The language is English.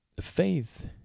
faith